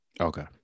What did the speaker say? okay